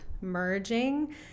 merging